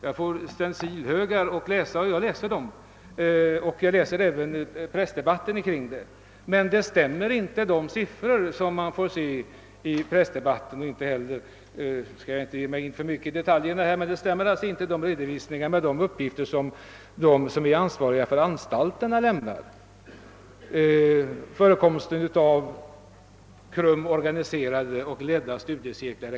Jag får stencilhögar att läsa, vilket jag gör. Jag följer även pressdebatten, men de siffror man får se i pressen är inte riktiga och de stämmer inte heller — jag skall inte ge mig för mycket in på detaljer — med de uppgifter som de för anstalterna ansvariga lämnar. Det gäller exempelvis förekomsten av utav KRUM organiserade och ledda studiecirklar.